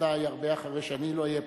ודאי הרבה אחרי שאני כבר לא אהיה פה,